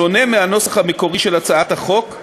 השונה מהנוסח המקורי של הצעת החוק,